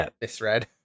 misread